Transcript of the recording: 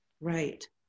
right